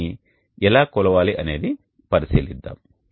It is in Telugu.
దీనిని ఎలా కొలవాలి అనేది పరిశీలిద్దాం